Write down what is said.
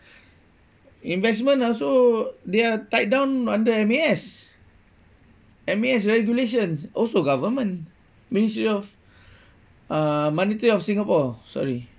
investment also they are tied down under M_A_S M_A_S regulations also government ministry of uh monetary of singapore sorry